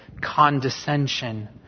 condescension